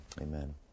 amen